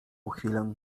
chwilę